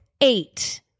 Eight